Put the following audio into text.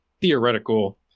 theoretical